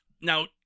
Now